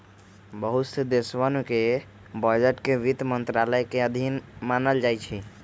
बहुत से देशवन के बजट के वित्त मन्त्रालय के अधीन मानल जाहई